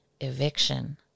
eviction